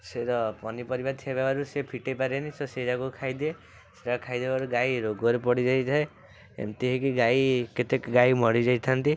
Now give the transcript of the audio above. ସେର ପନିପରିବା ଥିବାରୁ ସେ ଫିଟେଇ ପାରେନି ସେ ସେଇଯାକକୁ ଖାଇଦିଏ ସେଇଟା ଖାଇଦେବାରୁ ଗାଈ ରୋଗରେ ପଡ଼ିଯାଇଥାଏ ଏମିତି ହେଇକି ଗାଈ କେତେ ଗାଈ ମରିଯାଇଥାନ୍ତି